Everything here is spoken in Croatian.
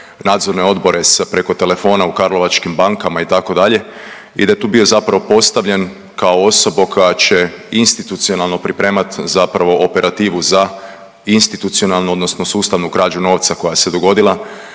nadzorne odbore s preko telefona u karlovačkim bankama itd. i da je tu bio zapravo postavljen kao osoba koja će institucionalno pripremat zapravo operativu za institucionalnu odnosno sustavnu krađu novca koja se dogodila